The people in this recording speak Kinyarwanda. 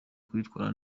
kwitwara